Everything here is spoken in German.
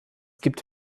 gibt